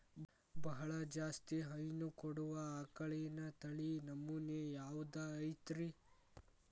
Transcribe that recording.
ಬಹಳ ಜಾಸ್ತಿ ಹೈನು ಕೊಡುವ ಆಕಳಿನ ತಳಿ ನಮೂನೆ ಯಾವ್ದ ಐತ್ರಿ?